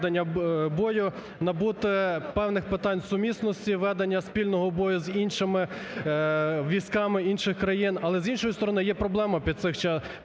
Дякую.